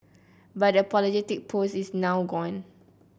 but the apologetic post is now gone